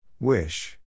Wish